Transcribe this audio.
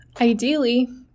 Ideally